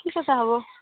ঠিক আছে হ'ব